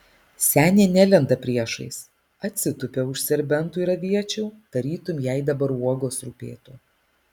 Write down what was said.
senė nelenda priešais atsitupia už serbentų ir aviečių tarytum jai dabar uogos rūpėtų